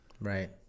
Right